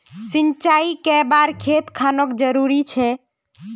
सिंचाई कै बार खेत खानोक जरुरी छै?